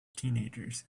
teenagers